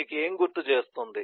మీకు ఏమి గుర్తు చేస్తుంది